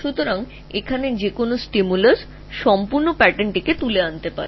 সুতরাং এখানে বা এখানে বা এখানে যে কোনও উদ্দীপনা পুরো প্যাটার্নটি পুনরুদ্ধার করতে পারে